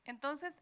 Entonces